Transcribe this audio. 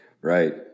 Right